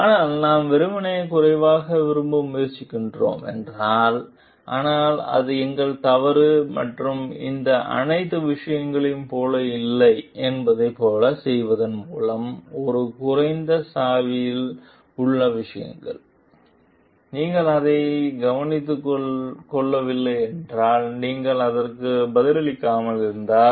ஆனால் நாம் வெறுமனே குறைவாக விரும்ப முயற்சிக்கிறோம் என்றால் ஆனால் அது எங்கள் தவறு மற்றும் இந்த அனைத்து விஷயங்களையும் போல இல்லை என்பதைப் போலச் சொல்வதன் மூலம் ஒரு குறைந்த சாவியில் உள்ள விஷயங்கள் நீங்கள் அதை கவனித்துக் கொள்ளவில்லை என்றால் நீங்கள் அதற்கு பதிலளிக்காமல் இருந்தால்